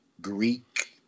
greek